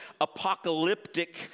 apocalyptic